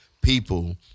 people